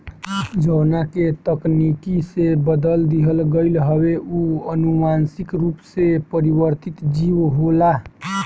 जवना के तकनीकी से बदल दिहल गईल हवे उ अनुवांशिक रूप से परिवर्तित जीव होला